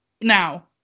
now